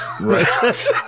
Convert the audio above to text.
Right